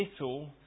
little